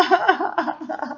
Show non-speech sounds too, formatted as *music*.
*laughs*